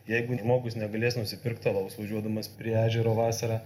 jeigu žmogus negalės nusipirkt alaus važiuodamas prie ežero vasarą